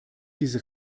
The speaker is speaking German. diese